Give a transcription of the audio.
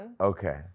Okay